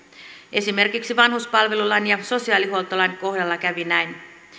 esimerkiksi vanhuspalvelulain ja sosiaalihuoltolain kohdalla kävi näin